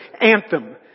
anthem